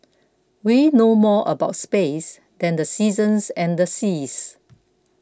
we know more about space than the seasons and the seas